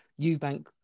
Eubank